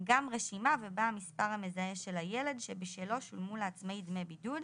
גם רשימה ובה המספר המזהה של הילד שבשלו שולמו לעצמאי דמי בידוד,